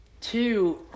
two